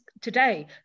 today